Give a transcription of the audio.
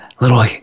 little